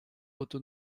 otto